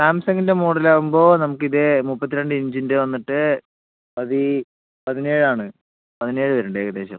സാംസങ്ങിൻ്റെ മോഡലാകുമ്പോൾ നമുക്ക് ഇതേ മുപ്പത്തിരണ്ടിഞ്ചിൻ്റെ വന്നിട്ട് പതിനേഴാണ് പതിനേഴ് വരണുണ്ട് ഏകദേശം